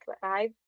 five